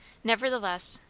nevertheless,